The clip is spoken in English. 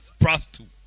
Prostitute